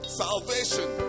salvation